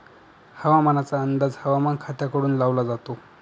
हवामानाचा अंदाज हवामान खात्याकडून लावला जातो